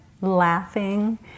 laughing